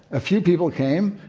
a few people came,